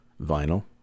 vinyl